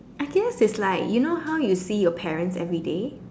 I guess it's like you know how you see your parents everyday